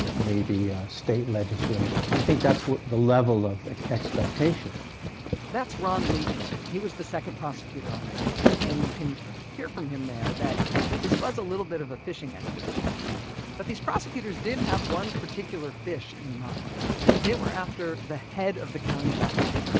maybe a state legislator. i think that's what, the level of like expectation that's ron liebman, he was the second prosecutor on the team. and you can hear from him there that this was a little bit of a fishing expedition but these prosecutors did have one particular fish in mind they were after the head of the county government.